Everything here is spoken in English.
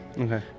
Okay